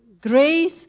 grace